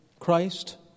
Christ